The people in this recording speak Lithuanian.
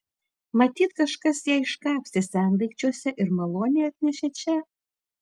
matyt kažkas ją iškapstė sendaikčiuose ir maloniai atnešė čia